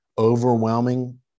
Overwhelming